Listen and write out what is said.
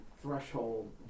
threshold